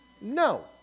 No